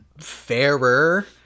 fairer